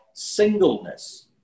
singleness